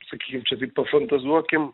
sakykim čia taip pafantazuokim